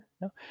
no